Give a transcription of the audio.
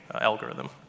algorithm